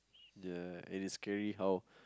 ya and it's scary how